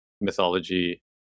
mythology